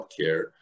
healthcare